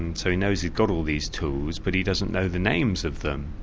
and so he knows he's got all these tools but he doesn't know the names of them.